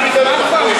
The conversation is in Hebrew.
תתביישו לכם,